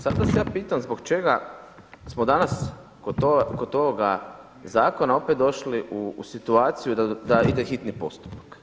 Sad vas ja pitam zbog čega smo danas kod ovoga zakona opet došli u situaciju da ide u hitni postupak.